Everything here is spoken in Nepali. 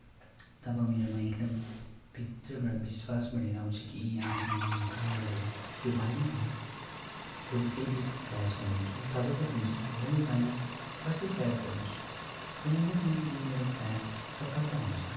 तब मेरोमा एकदम भित्रबाट विश्वास बढेर आउँछ कि आज मैले यो काम गरेँ त्यो भएन होला भोलि फेरि प्रयास गर्नेछु तब त हुन्छ भोलि भएन पर्सी प्रयास गर्नेछु कुनै न कुनै दिन मेरो प्रयास सफल त हुन्छ